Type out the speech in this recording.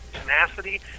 tenacity